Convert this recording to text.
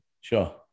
Sure